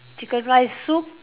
chicken rice soup